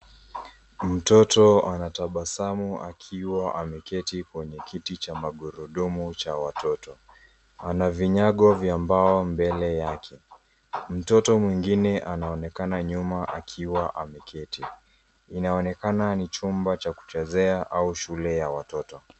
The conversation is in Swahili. Mtoto anatabasamu akiwa ameketi kwenye kiti cha magurudmu cha watoto. Ana vinyago vya mbao mbele yake. Mtoto mwingine anaonekana nyuma akiwa ameketi. Inaonekana ni chumba cha kuchezea aua shule ya watoto.